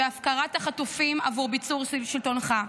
-- בהפקרת החטופים עבור ביצור שלטונך.